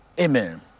amen